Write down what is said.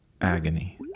agony